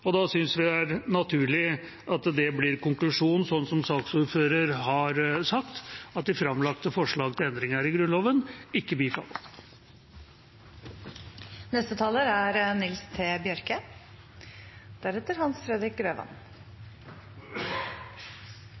og da synes vi det er naturlig at konklusjonen blir, sånn som saksordføreren har sagt, at de framlagte forslag til endringer i Grunnloven ikke bifalles. Eg vil fyrst takka saksordføraren for eit svært godt arbeid, og eg støttar meg til konklusjonane hans